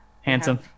handsome